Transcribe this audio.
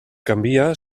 canvia